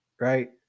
right